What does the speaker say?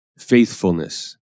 Faithfulness